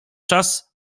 czas